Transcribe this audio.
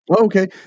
Okay